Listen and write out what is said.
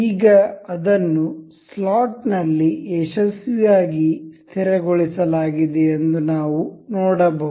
ಈಗ ಅದನ್ನು ಸ್ಲಾಟ್ ನಲ್ಲಿ ಯಶಸ್ವಿಯಾಗಿ ಸ್ಥಿರಗೊಳಿಸಲಾಗಿದೆ ಎಂದು ನಾವು ನೋಡಬಹುದು